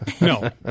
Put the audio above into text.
no